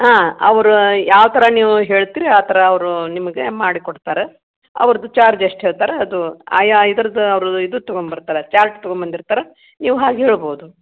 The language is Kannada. ಹಾಂ ಅವರು ಯಾವ ಥರ ನೀವು ಹೇಳ್ತೀರಿ ಆ ಥರ ಅವ್ರು ನಿಮಗೆ ಮಾಡಿ ಕೊಡ್ತಾರೆ ಅವ್ರ್ದು ಚಾರ್ಜ್ ಎಷ್ಟು ಹೇಳ್ತಾರೆ ಅದೂ ಆಯಾ ಇದ್ರದ್ದು ಅವರು ಇದು ತಗೊಂಡ್ಬರ್ತಾರೆ ಚಾರ್ಟ್ ತಗೊಂಡು ಬಂದಿರ್ತಾರೆ ನೀವು ಹಾಗೆ ಹೇಳ್ಬೋದು